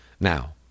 Now